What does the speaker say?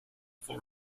for